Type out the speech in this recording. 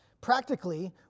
Practically